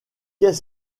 qu’est